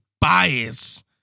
bias